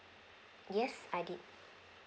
yes I did